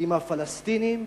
עם הפלסטינים.